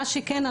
מה שכן,